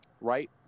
right